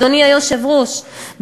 אדוני היושב-ראש,